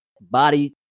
body